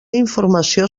informació